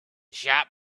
shop